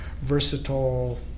versatile